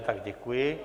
Tak děkuji.